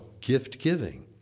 gift-giving